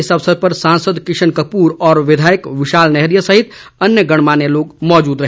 इस अवसर पर सांसद किशन कपूर और विधायक विशाल नैहरिया सहित अन्य गणमान्य लोग मौजूद रहे